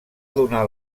donar